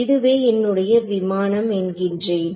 இதுவே என்னுடைய விமானம் என்கின்றேன்